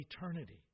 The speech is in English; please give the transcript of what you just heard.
eternity